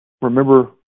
remember